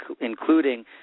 including